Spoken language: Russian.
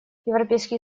европейский